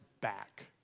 back